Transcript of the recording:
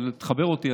אבל תחבר אותי,